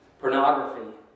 pornography